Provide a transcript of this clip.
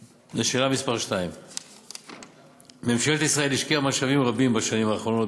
2. ממשלת ישראל השקיעה משאבים רבים בשנים האחרונות